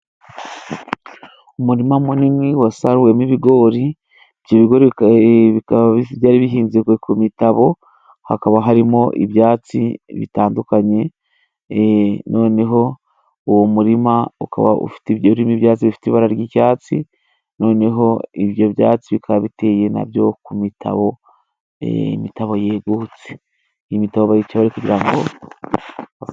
umurima munini wasaruwemo ibigori, ibyo bigori byari bihinze ku mitabo hakaba harimo ibyatsi bitandukanye e noneho uwo murima ukaba ufite urimo ibyatsi bifite ibara ry'icyatsi noneho ibyo byatsi bikaba biteye nabyo ku mitabo imitabo yegutse imitabo bayicya bari kugirango.